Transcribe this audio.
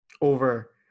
over